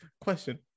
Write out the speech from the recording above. Question